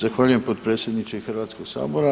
Zahvaljujem, potpredsjedniče Hrvatskog sabora.